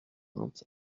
vingt